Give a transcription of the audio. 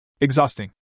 Exhausting